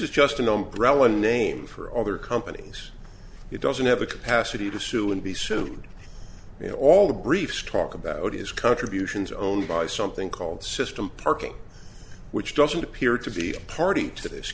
is just an umbrella name for other companies it doesn't have the capacity to sue and be sued you know all the briefs talk about his contributions only by something called system parking which doesn't appear to be party to this